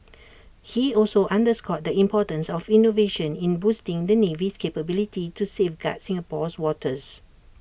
he also underscored the importance of innovation in boosting the navy's capabilities to safeguard Singapore's waters